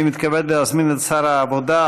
אני מתכבד להזמין את שר העבודה,